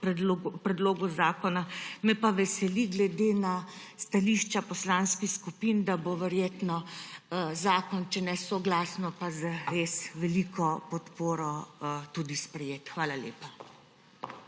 predlogu zakona. Me pa glede na stališča poslanskih skupin veseli, da bo verjetno zakon, če ne soglasno, pa z veliko podporo tudi sprejet. Hvala lepa.